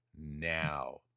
now